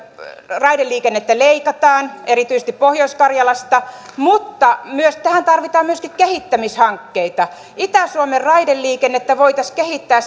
raideliikennettä leikataan erityisesti pohjois karjalasta mutta tähän tarvitaan myöskin kehittämishankkeita itä suomen raideliikennettä voitaisiin kehittää